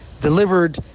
delivered